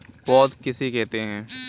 पौध किसे कहते हैं?